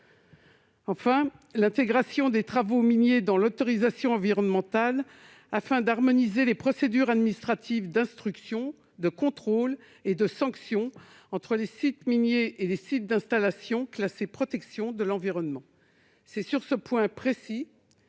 enfin, à l'intégration des travaux miniers dans l'autorisation environnementale, afin d'harmoniser les procédures administratives d'instruction, de contrôle et de sanction entre les sites miniers et les sites d'installations classées pour la protection de l'environnement.